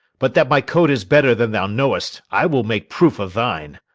but that my coat is better than thou know'st i will make proof of thine.